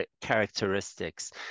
characteristics